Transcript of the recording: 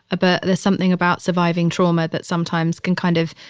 but there's something about surviving trauma that sometimes can kind of,